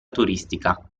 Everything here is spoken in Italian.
turistica